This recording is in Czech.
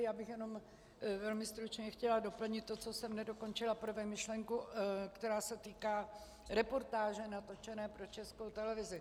Já bych jenom velmi stručně chtěla doplnit to, co jsem nedokončila prve, myšlenku, která se týká reportáže natočené pro Českou televizi.